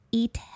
eat